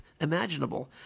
imaginable